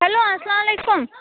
hello السلام علیکُم